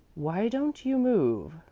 why don't you move?